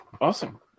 Awesome